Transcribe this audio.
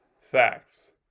facts